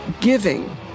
giving